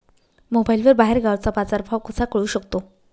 मोबाईलवर बाहेरगावचा बाजारभाव कसा कळू शकतो?